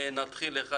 ואז נתקדם.